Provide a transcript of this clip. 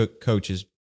coaches